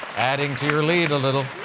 adding to your lead a little.